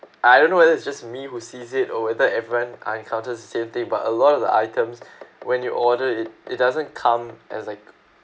I don't know whether it's just me who sees it or whether everyone uh encounters the same thing but a lot of the items when you order it it doesn't come as like